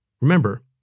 Remember